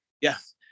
yes